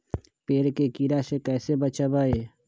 पेड़ के कीड़ा से कैसे बचबई?